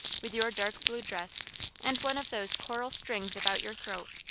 with your dark blue dress and one of those coral strings about your throat.